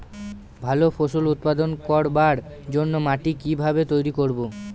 ভালো ফসল উৎপাদন করবার জন্য মাটি কি ভাবে তৈরী করব?